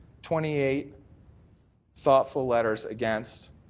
twenty eight thoughtful letters against,